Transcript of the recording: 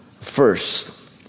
first